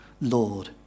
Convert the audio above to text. Lord